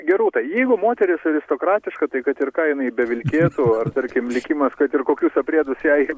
gerūta jeigu moteris aristokratiška tai kad ir ką jinai bevilkėtų ar tarkim likimas kad ir kokius aprėdus jai